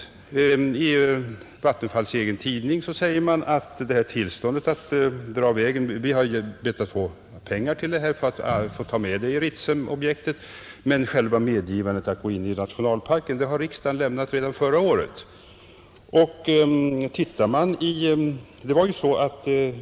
I Vattenfalls egen tidning säger man att man bett att få pengar för att kunna ta med denna väg i Ritsemobjektet, men att riksdagen redan förra året lämnat själva medgivandet att gå in i nationalparken.